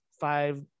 five